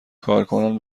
کارکنان